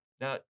Now